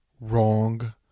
wrong